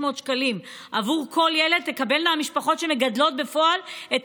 שקלים עבור כל ילד תקבלנה המשפחות שמגדלות בפועל את